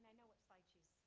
and know what slide she's